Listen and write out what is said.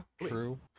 true